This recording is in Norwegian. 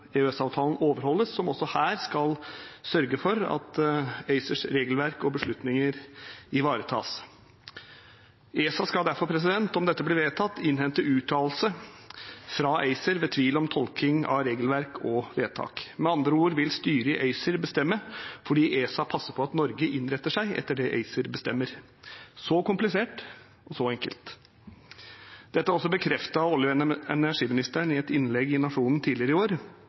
EØS-avtalen overholdes – som skal sørge for at ACERs regelverk og beslutninger ivaretas. ESA skal derfor, om dette blir vedtatt, innhente uttalelse fra ACER ved tvil om tolkning av regelverk og vedtak. Med andre ord vil styret i ACER bestemme, fordi ESA passer på at Norge innretter seg etter det ACER bestemmer – så komplisert og så enkelt. Dette er bekreftet av olje- og energiministeren i et innlegg i Nationen tidligere i år